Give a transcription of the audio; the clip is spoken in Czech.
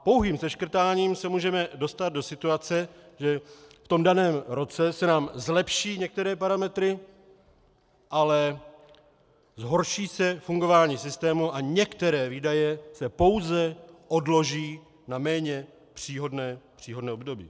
Pouhým seškrtáním se můžeme dostat do situace, že v daném roce se nám zlepší některé parametry, ale zhorší se fungování systému a některé výdaje se pouze odloží na méně příhodné období.